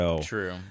True